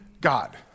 God